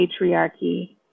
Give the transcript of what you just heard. patriarchy